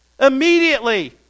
Immediately